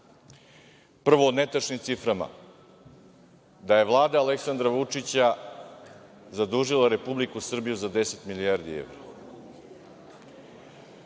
prvo, netačnim ciframa da je Vlada Aleksandra Vučića zadužila Republiku Srbiju za 10 milijardi evra.